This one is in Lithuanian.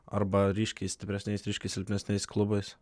arba ryškiai stipresniais ryškiai silpnesniais klubais